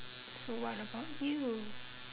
so what about you